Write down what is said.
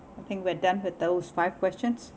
I think we are done with those five questions